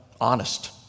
honest